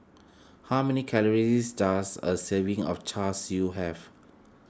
how many calories does a serving of Char Siu have